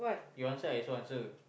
you answer I also answer